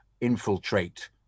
infiltrate